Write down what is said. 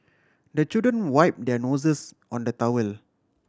the children wipe their noses on the towel